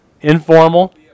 informal